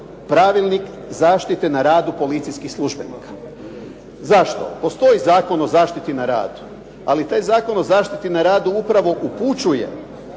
Pravilnik zaštite na radu policijskih službenika. Zašto? Postoji Zakon o zaštiti na radu, ali taj Zakon o zaštiti na radu upravo upućuje